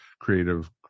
creative